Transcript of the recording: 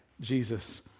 Jesus